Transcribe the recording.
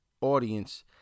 audience